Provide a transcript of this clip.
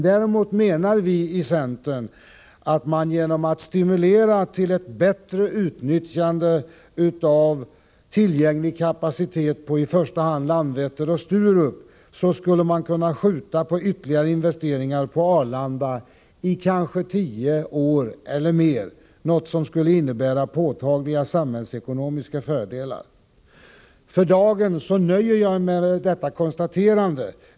Däremot menar vi i centern att man genom att stimulera till ett bättre utnyttjande av tillgänglig kapacitet i första hand på Landvetter och Sturup skulle kunna skjuta på ytterligare investeringar på Arlanda i kanske tio år eller mer, något som skulle innebära påtagliga samhällsekonomiska fördelar. För dagen nöjer jag mig med detta konstaterande.